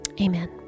Amen